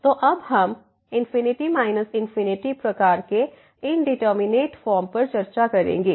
तो अब हम ∞∞ प्रकार के इंडिटरमिनेट फॉर्म पर चर्चा करेंगे